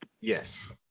Yes